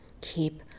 keep